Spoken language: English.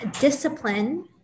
discipline